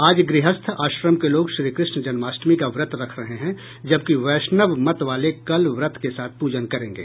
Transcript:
आज गृहस्थ आश्रम के लोग श्रीकृष्ण जन्माष्टमी का व्रत रख रहे हैं जबकि वैष्णव मत वाले कल व्रत के साथ पूजन करेंगे